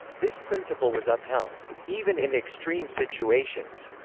this principle was upheld even in extreme situations,